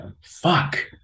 Fuck